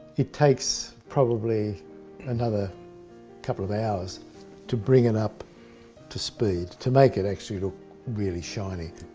it takes probably another couple of hours to bring it up to speed to make it actually look really shiny.